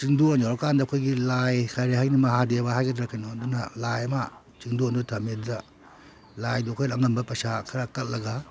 ꯆꯤꯡꯗꯣꯟ ꯌꯧꯔ ꯀꯥꯟꯗ ꯑꯩꯈꯣꯏꯒꯤ ꯂꯥꯏ ꯀꯔꯤ ꯍꯥꯏꯅꯤ ꯃꯍꯥꯗꯦꯕ ꯍꯥꯏꯒꯗ꯭ꯔꯥ ꯀꯩꯅꯣ ꯑꯗꯨꯅ ꯂꯥꯏ ꯑꯃ ꯆꯤꯡꯗꯣꯟꯗꯨ ꯊꯝꯃꯤꯗꯨꯗ ꯂꯥꯏꯗꯨ ꯑꯩꯈꯣꯏꯅ ꯑꯉꯝꯕ ꯄꯩꯁꯥ ꯈꯔ ꯀꯠꯂꯒ